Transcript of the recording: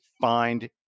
find